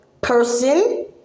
person